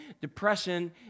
depression